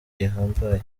gihambaye